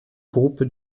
groupe